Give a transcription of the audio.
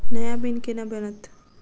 नया पिन केना बनत?